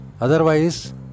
Otherwise